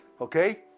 Okay